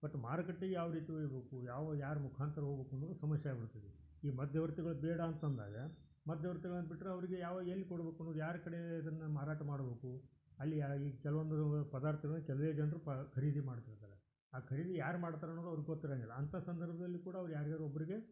but ಮಾರುಕಟ್ಟೆಗ್ ಯಾವ ರೀತಿ ಒಯ್ಬೇಕು ಯಾವ ಯಾರ ಮುಖಾಂತರ ಹೋಬಕ್ ಅನ್ನೋದು ಸಮಸ್ಯೆ ಆಗಿಬಿಡ್ತದೆ ಇಲ್ಲಿ ಈ ಮಧ್ಯವರ್ತಿಗಳು ಬೇಡ ಅಂತ ಅಂದಾಗ ಮಧ್ಯವರ್ತಿಗಳನ್ನು ಬಿಟ್ಟರೆ ಅವರಿಗೆ ಯಾವಾಗ ಎಲ್ಲಿ ಕೊಡ್ಬೇಕ್ ಅನ್ನೋದ್ ಯಾರ ಕಡೆ ಇದನ್ನು ಮಾರಾಟ ಮಾಡ್ಬೇಕು ಅಲ್ಲಿ ಯಾ ಈ ಕೆಲ್ವೊಂದು ಪದಾರ್ಥಗಳ್ನ ಕೆಲವೇ ಜನರು ಪ ಖರೀದಿ ಮಾಡ್ತಿರ್ತಾರೆ ಆ ಖರೀದಿ ಯಾರು ಮಾಡ್ತಾರೆ ಅನ್ನೋದು ಅವ್ರ್ಗೆ ಗೊತ್ತಿರೋಂಗಿಲ್ಲ ಅಂಥ ಸಂದರ್ಭದಲ್ಲಿ ಕೂಡ ಅವ್ರು ಯಾರಿಗಾದ್ರು ಒಬ್ಬರಿಗೆ